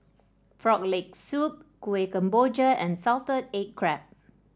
Frog Leg Soup Kuih Kemboja and Salted Egg Crab